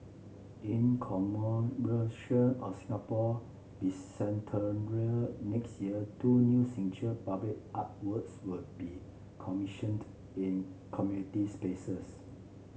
in commemoration of Singapore Bicentennial next year two new signature public artworks will be commissioned in community spaces